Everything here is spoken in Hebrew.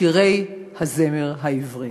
שירי הזמר העברי.